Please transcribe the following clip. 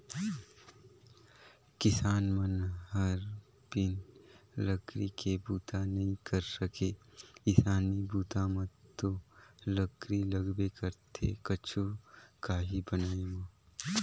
किसान मन हर बिन लकरी के बूता नइ कर सके किसानी बूता म तो लकरी लगबे करथे कुछु काही बनाय म